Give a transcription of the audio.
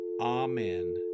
amen